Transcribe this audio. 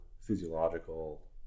physiological